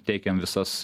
teikiam visas